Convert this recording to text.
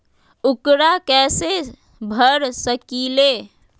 ऊकरा कैसे भर सकीले?